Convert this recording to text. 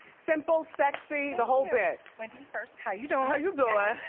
simple, sexy, the whole bit. wendy first, how you doing? how you doing?